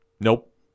Nope